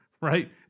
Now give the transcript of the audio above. right